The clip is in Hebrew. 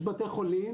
יש בתי חולים,